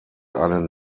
einen